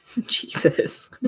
Jesus